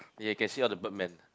they can see all the bird man